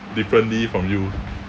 differently from you